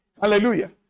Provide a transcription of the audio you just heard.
Hallelujah